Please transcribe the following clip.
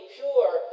pure